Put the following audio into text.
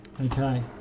Okay